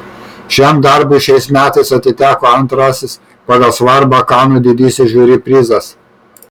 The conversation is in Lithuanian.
šiam darbui šiais metais atiteko antrasis pagal svarbą kanų didysis žiuri prizas